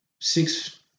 six